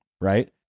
right